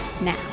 now